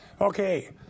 Okay